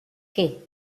que